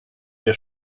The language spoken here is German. wer